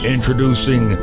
Introducing